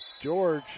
George